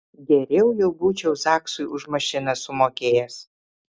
geriau jau būčiau zaksui už mašiną sumokėjęs